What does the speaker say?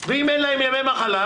ואם אין להם ימי מחלה,